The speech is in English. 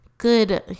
Good